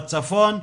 בצפון,